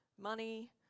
money